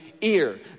Ear